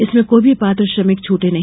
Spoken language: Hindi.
इसमें कोई भी पात्र श्रमिक छूटे नहीं